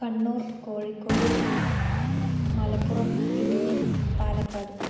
Kannur Kozhikode Malappuram Idukki Palakkad